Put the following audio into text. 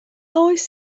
oes